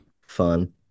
fun